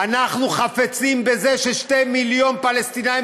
אנחנו חפצים בזה ששני מיליון פלסטינים